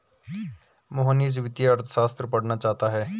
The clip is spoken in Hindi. मोहनीश वित्तीय अर्थशास्त्र पढ़ना चाहता है